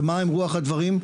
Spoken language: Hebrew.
ומה הם רוח הדברים?